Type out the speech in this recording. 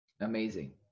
Amazing